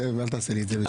זאב, אל תעשה לי את זה.